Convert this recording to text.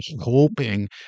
hoping